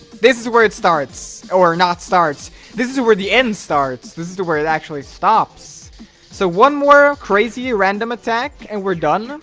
this is where it starts or not starts this is where the end starts this is where it actually stops so one more crazy random attack and we're done,